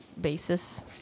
basis